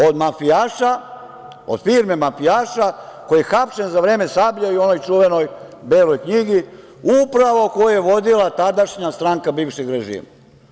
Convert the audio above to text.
Od mafijaša, od firme mafijaša koji je hapšen za vreme "Sablje" u onoj čuvenoj Beloj knjigi, upravo koju je vodila tadašnja stranka bivšeg režima.